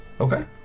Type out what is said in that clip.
Okay